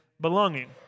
belonging